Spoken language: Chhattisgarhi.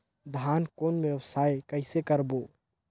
धान कौन व्यवसाय कइसे करबो?